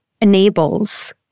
enables